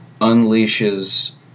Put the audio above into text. unleashes